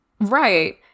Right